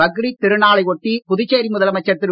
பக்ரீத் திருநாளை ஒட்டி புதுச்சேரி முதலமைச்சர் திரு